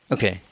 Okay